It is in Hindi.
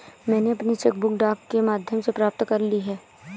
मैनें अपनी चेक बुक डाक के माध्यम से प्राप्त कर ली है